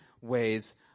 ways